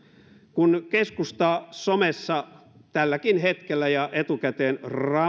kun keskusta somessa tälläkin hetkellä ja etukäteen